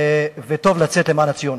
וטוב לצאת למען הציונות,